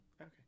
Okay